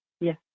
Yes